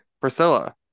priscilla